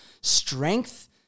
strength